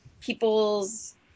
people's